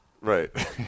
Right